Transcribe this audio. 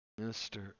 Mr